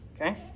Okay